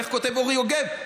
איך כותב אורי יוגב,